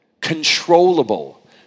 controllable